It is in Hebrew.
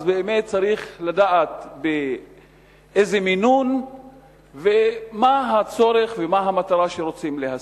באמת צריך לדעת באיזה מינון ומה הצורך ומה המטרה שרוצים להשיג.